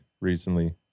recently